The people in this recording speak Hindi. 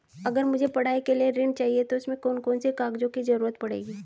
अगर मुझे पढ़ाई के लिए ऋण चाहिए तो उसमें कौन कौन से कागजों की जरूरत पड़ेगी?